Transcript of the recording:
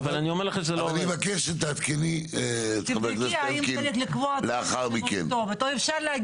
אני מבקש שתעדכני את חבר הכנסת אלקין לאחר מכן.